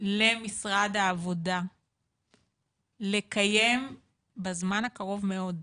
למשרד העבודה לקיים בזמן הקרוב מאוד,